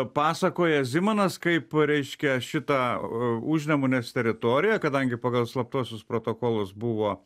pasakoja zimanas kaip reiškia šitą užnemunės teritoriją kadangi pagal slaptuosius protokolus buvo